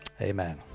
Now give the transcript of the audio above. Amen